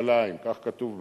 בירושלים, כך כתוב בחוק,